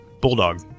Bulldog